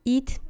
Eat